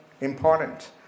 important